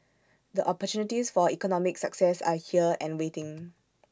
the opportunities for economic success are here and waiting